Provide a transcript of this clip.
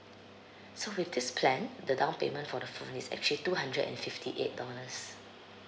so with this plan the down payment for the phone is actually two hundred and fifty eight dollars